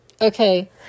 Okay